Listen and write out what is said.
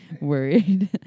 worried